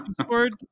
scored